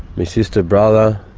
my sister, brother.